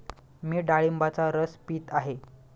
मी डाळिंबाचा रस पीत आहे